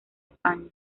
españa